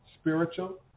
spiritual